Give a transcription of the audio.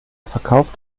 verkauft